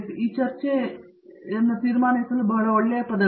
ನಾನು ಈ ಚರ್ಚೆಯನ್ನು ತೀರ್ಮಾನಿಸಲು ಬಹಳ ಒಳ್ಳೆಯ ಪದಗಳು